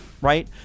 right